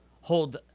hold